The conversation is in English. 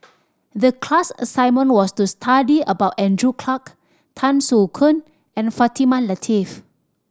the class assignment was to study about Andrew Clarke Tan Soo Khoon and Fatimah Lateef